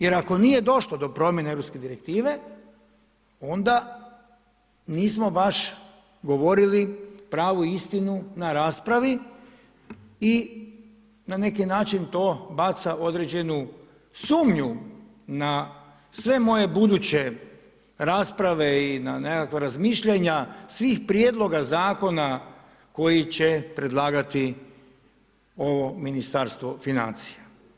Jer ako nije došlo do promjene europske direktive, onda nismo baš govorili pravu istinu na raspravi i na neki način to baca određenu sumnju na sve moje buduće rasprave i na nekakva razmišljanja svih prijedloga zakona koji će predlagati ovo Ministarstvo financija.